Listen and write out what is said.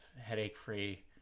headache-free